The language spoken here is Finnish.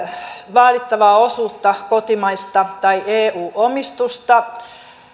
vaadittavaa osuutta kotimaista tai eu omistusta